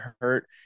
hurt